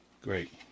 Great